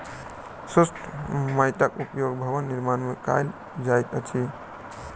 शुष्क माइटक उपयोग भवन निर्माण मे कयल जाइत अछि